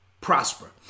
prosper